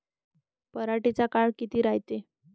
पराटीचा काळ किती रायते?